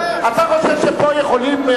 אתה חושב שפה יכולים,